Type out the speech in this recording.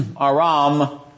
Aram